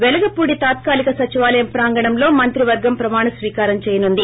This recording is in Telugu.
పెలగపూడి తాత్కాలీక సచివాలయం ప్రాంగణం లో మంత్రి వర్గం ప్రమాణస్వీకారం చేయనుంది